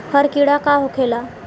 हरा कीड़ा का होखे ला?